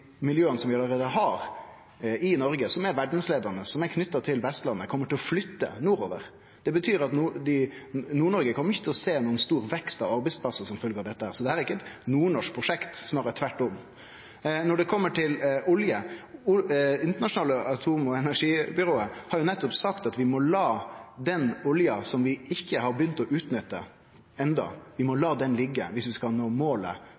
miljøa som vi allereie har i Noreg, som er verdsleiande, som er knytte til Vestlandet, kjem til å flytte nordover. Det betyr at Nord-Noreg ikkje kjem til å sjå nokon stor vekst av arbeidsplassar som følgje av dette. Så dette er ikkje eit nordnorsk prosjekt – snarare tvert om. Når det gjeld olje, har Det internasjonale energibyrået nettopp sagt at vi må la den olja som vi ikkje har begynt å utnytte enda, liggje dersom vi skal nå det globale målet